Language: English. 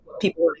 people